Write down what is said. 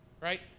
right